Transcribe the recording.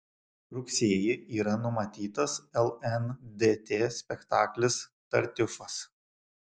rugsėjį yra numatytas ir lndt spektaklis tartiufas